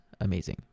amazing